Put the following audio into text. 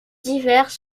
divers